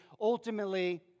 ultimately